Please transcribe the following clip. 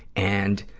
and,